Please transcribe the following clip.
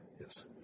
Yes